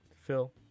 Phil